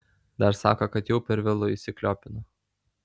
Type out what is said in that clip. dar sako kad jau per vėlu įsikliopino